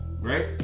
right